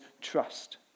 trust